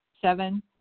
seven